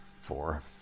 four